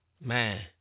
man